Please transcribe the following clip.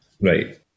Right